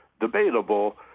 debatable